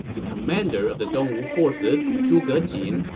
the commander of the dongwu forces, zhuge jin,